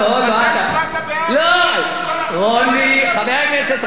חבר הכנסת רוני בר-און,